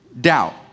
doubt